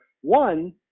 one